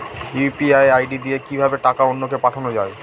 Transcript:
UPI ID দিয়ে কিভাবে টাকা অন্য কে পাঠানো যায়?